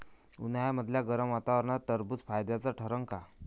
उन्हाळ्यामदल्या गरम वातावरनात टरबुज फायद्याचं ठरन का?